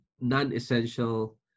non-essential